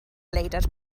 leidr